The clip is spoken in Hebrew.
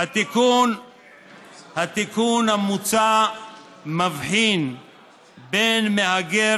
"התיקון המוצע מבחין בין מהגר,